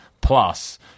plus